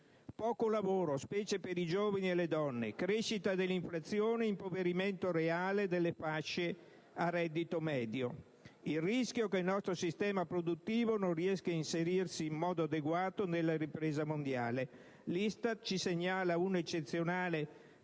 poco lavoro, specie per i giovani e le donne; c'è una crescita dell'inflazione e un impoverimento reale delle fasce a reddito medio. C'è infine il rischio che il nostro sistema produttivo non riesca ad inserirsi in modo adeguato nella ripresa mondiale. L'ISTAT ci segnala un eccezionale